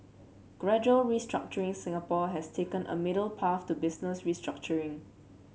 gradual restructuring Singapore has taken a middle path to business restructuring